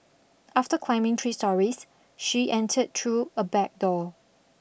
after climbing three stories she entered through a back door